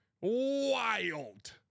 wild